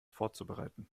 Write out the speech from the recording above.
vorzubereiten